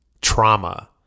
trauma